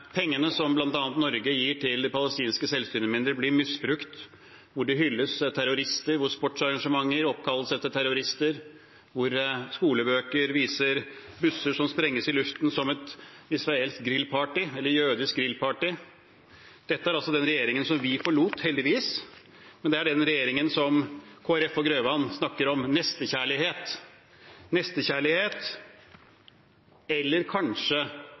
pengene som bl.a. Norge gir til de palestinske selvstyremyndighetene, blir misbrukt – hvordan terrorister hylles, sportsarrangementer oppkalles etter terrorister, skolebøker viser busser som sprenges i luften som et israelsk eller jødisk grillparty. Dette er den regjeringen vi forlot, heldigvis, men det er den regjeringen som Kristelig Folkeparti og Grøvan snakker om. Nestekjærlighet, eller kanskje